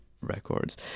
records